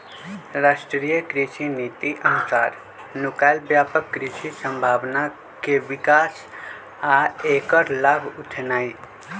राष्ट्रीय कृषि नीति अनुसार नुकायल व्यापक कृषि संभावना के विकास आ ऐकर लाभ उठेनाई